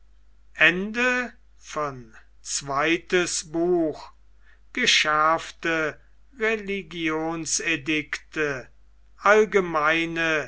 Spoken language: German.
geschärfte religionsedicte allgemeine